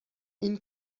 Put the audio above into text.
این